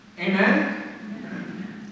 Amen